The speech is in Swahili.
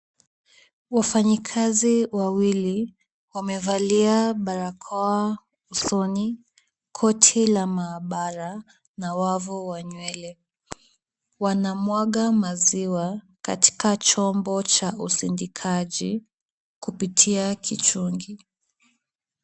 Wafanyikazi wawili wamevalia barakoa usoni, koti la maabara na wavu wa nywele. Wanamwaga maziwa katika chombo cha usindikaji kupitia kichungi.